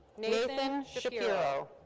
nathan shapiro.